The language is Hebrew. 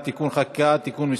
הוראת שעה) (תיקון),